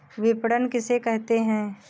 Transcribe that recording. विपणन किसे कहते हैं?